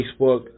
Facebook